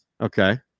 Okay